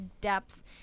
depth